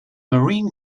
marine